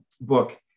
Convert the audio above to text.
book